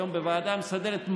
היום בוועדה המסדרת,